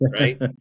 Right